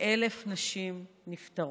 וכ-1,000 נשים נפטרות.